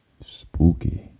Spooky